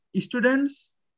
students